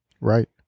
Right